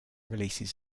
releases